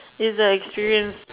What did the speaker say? is the experience